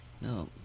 No